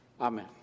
Amen